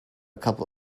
couple